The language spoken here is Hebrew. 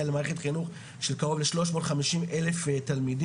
על מערכת חינוך של קרוב ל- 350,000 תלמידים,